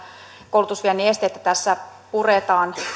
koulutusviennin esteitä tässä puretaan